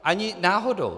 Ani náhodou.